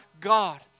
God